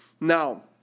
Now